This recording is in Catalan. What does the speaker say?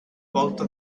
volta